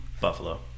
Buffalo